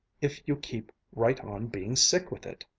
if you keep right on being sick with it.